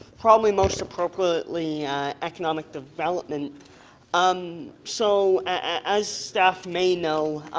probably most profitly economically development um so as staff may know,